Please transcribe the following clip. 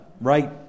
right